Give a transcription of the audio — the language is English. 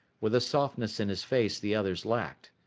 with a softness in his face the others lacked.